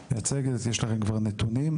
שמייצגת, יש לנו כבר נתונים.